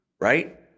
right